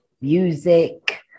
music